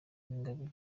uwingabire